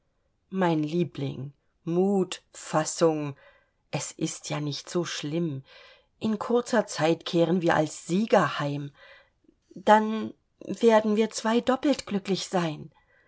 mein liebling mut fassung es ist ja nicht so schlimm in kurzer zeit kehren wir als sieger heim dann werden wir zwei doppelt glücklich sein